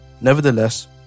nevertheless